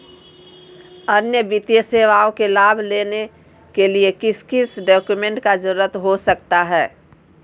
अन्य वित्तीय सेवाओं के लाभ लेने के लिए किस किस डॉक्यूमेंट का जरूरत हो सकता है?